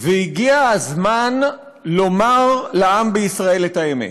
והגיע הזמן לומר לעם בישראל את האמת.